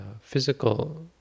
physical